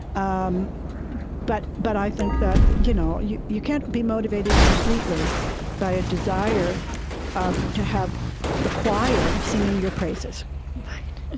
um but but i think that you know you you can't be motivated completely by a desire um to have the choir singing your praises right.